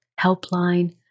Helpline